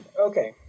Okay